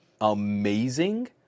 amazing